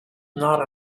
not